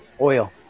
oil